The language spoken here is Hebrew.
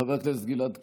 חבר הכנסת גלעד קריב,